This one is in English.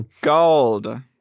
Gold